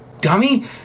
dummy